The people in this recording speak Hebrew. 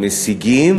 משיגים,